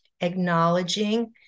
acknowledging